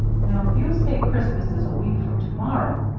now, if you'll say christmas is a week from to-morrow,